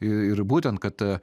i ir būtent kad